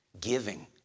giving